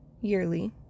yearly